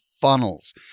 funnels